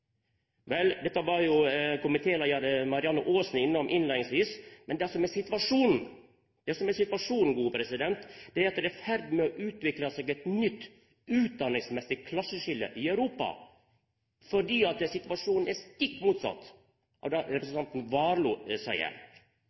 Vel, dette var komitéleiar Marianne Aasen innom innleiingsvis, men det som er situasjonen, er at det er i ferd med å utvikla seg eit nytt utdanningsmessig klasseskilje i Europa, for situasjonen er stikk motsett av det representanten Warloe seier.